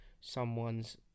someone's